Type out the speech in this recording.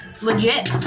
Legit